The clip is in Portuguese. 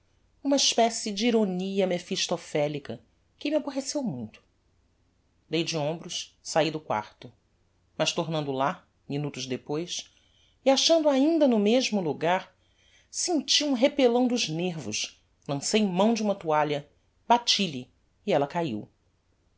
uma especie de ironia mephistophelica que me aborreceu muito dei de hombros saí do quarto mas tornando lá minutos depois e achando a ainda no mesmo logar senti um repellão dos nervos lancei mão de uma toalha bati lhe e ella caíu